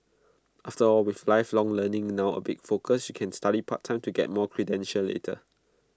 after all with lifelong learning now A big focus you can study part time to get more credentials later